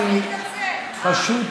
פשוט